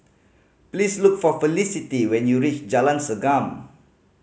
please look for Felicity when you reach Jalan Segam